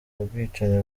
ubwicanyi